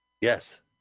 Yes